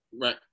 right